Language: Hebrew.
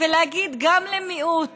ולהגיד גם למיעוט